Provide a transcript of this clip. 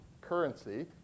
currency